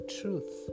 truth